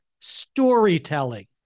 Storytelling